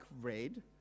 red